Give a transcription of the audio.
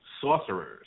Sorcerers